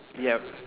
yup